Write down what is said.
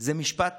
הוא משפט